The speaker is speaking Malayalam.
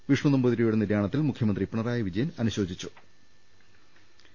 വിഷ്ണു നമ്പൂതിരിയുടെ നിര്യാണത്തിൽ മുഖ്യമന്ത്രി പിണറായി വിജയൻ അനുശോചനം അറിയിച്ചു